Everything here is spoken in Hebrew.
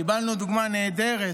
קיבלנו דוגמה נהדרת